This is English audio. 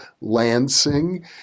Lansing